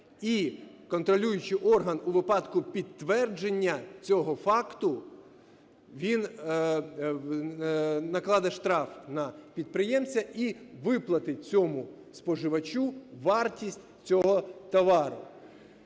І контролюючий орган у випадку підтвердження цього факту він накладе штраф на підприємця і виплатить цьому споживачу вартість цього товару.